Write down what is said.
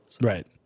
Right